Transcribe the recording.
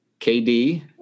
KD